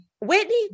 Whitney